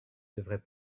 devrait